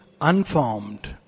unformed